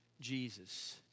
Jesus